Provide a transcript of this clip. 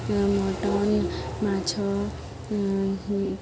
mutton ମାଛ